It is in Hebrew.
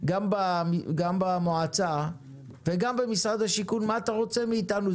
גם במועצה וגם במשרד השיכון, מה אתה רוצה מאיתנו?